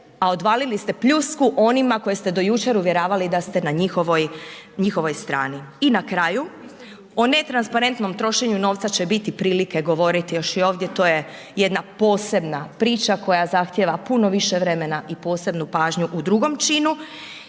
a odvalili ste pljusku onima koje ste do jučer uvjeravali da ste na njihovoj, njihovoj strani. I na kraju, o netransparentnom trošenju novca će biti prilike govoriti još i ovdje, to je jedna posebna priča koja zahtjeva puno više vremena i posebnu pažnju u drugom činu